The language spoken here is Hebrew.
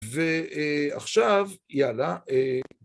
ועכשיו, יאללה.